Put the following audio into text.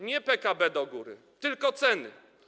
Nie PKB do góry, tylko ceny.